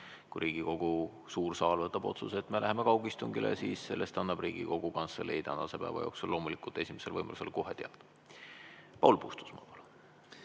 Kui Riigikogu suur saal võtab vastu otsuse, et me läheme kaugistungile, siis sellest annab Riigikogu Kantselei tänase päeva jooksul loomulikult esimesel võimalusel kohe teada. Paul Puustusmaa,